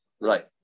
right